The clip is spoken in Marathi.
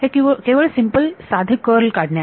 हे केवळ सिम्पल साधे कर्ल काढणे आहे